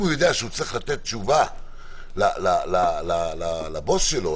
אם הוא יודע שהוא צריך לתת תשובה לבוס שלו,